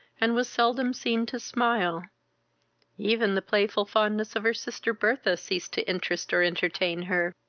and was seldom seen to smile even the playful fondness of her sister bertha ceased to interest or entertain her.